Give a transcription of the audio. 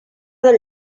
del